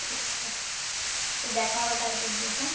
ঠিক আছে তো দেখা হবে কালকে গিয়ে হ্যাঁ